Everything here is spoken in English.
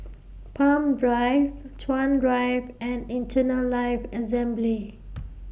Palm Drive Chuan Drive and Eternal Life Assembly